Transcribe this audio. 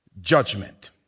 judgment